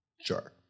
sure